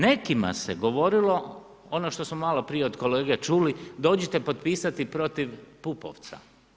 Nekima se govorilo ono što smo maloprije od kolege čuli dođite potpisati protiv Pupovca.